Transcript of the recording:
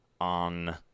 on